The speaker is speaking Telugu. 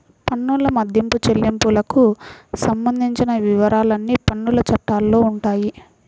పన్నుల మదింపు, చెల్లింపులకు సంబంధించిన వివరాలన్నీ పన్నుల చట్టాల్లో ఉంటాయి